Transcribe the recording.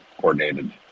coordinated